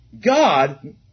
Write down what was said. God